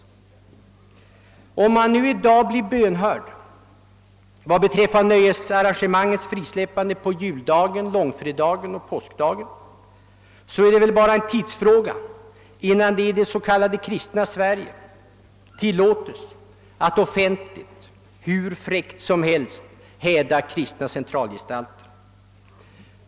Om man nu i dag blir bönhörd vad beträffar nöjesarrangemangens frisläppande på juldagen, långfredagen och påskdagen, är det väl bara en tidsfråga innan det i det s.k. kristna Sverige tillåts att offentligt hur fräckt som helst häda kristna centralgestalter.